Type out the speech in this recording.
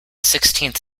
sixteenth